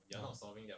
ya